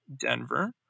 Denver